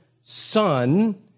son